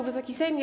Wysoki Sejmie!